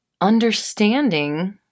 understanding